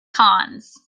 cons